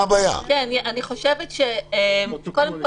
קודם כול,